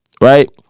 right